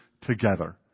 together